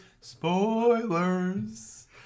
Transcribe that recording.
Spoilers